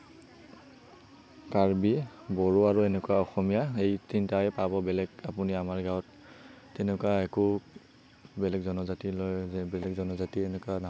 কাৰ্বি বড়ো আৰু এনেকুৱা অসমীয়া এই তিনিটাই পাব বেলেগ আপুনি আমাৰ গাৱঁত তেনেকুৱা একো বেলেগ জনজাতিলৈ বেলেগ জনজাতি এনেকুৱা নাপায়